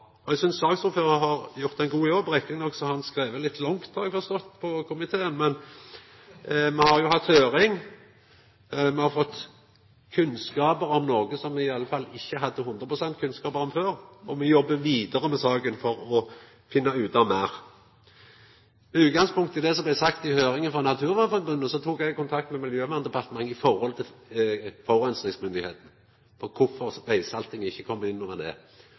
bra. Eg synest saksordføraren har gjort ein god jobb. Riktignok har han skrive litt langt, har eg forstått av komiteen, men me har hatt høyring, me har fått kunnskap om noko me i alle fall ikkje hadde 100 pst. kunnskap om frå før, og me jobbar vidare med saka for å finna ut meir. Med utgangspunkt i det som blei sagt i høyringa med Naturvernforbundet, tok eg kontakt med Miljøverndepartementet og forureiningsmyndigheitene om kvifor vegsalt ikkje kom inn under det. Då fekk eg til